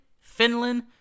Finland